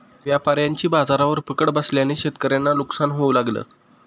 व्यापाऱ्यांची बाजारावर पकड बसल्याने शेतकऱ्यांना नुकसान होऊ लागलं